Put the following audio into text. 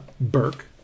Burke